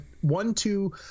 one-two